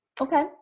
okay